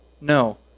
No